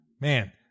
Man